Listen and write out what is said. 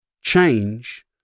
change